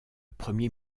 premier